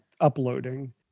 uploading